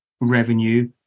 revenue